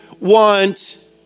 want